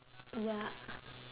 ya